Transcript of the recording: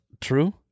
true